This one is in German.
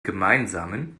gemeinsamen